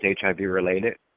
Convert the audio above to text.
HIV-related